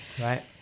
right